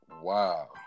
Wow